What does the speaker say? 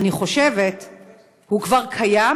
אני חושבת שהוא כבר קיים,